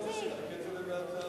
ההצעה להעביר